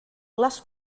les